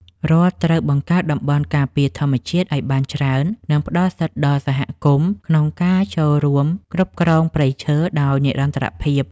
រដ្ឋត្រូវបង្កើតតំបន់ការពារធម្មជាតិឱ្យបានច្រើន និងផ្តល់សិទ្ធិដល់សហគមន៍ក្នុងការចូលរួមគ្រប់គ្រងព្រៃឈើដោយនិរន្តរភាព។